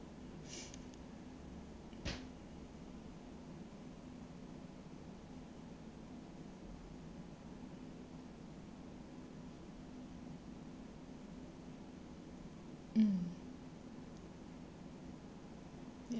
mm